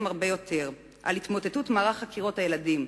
הרבה יותר על התמוטטות מערך חקירות הילדים.